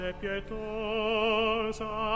pietosa